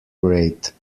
rate